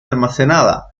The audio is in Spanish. almacenada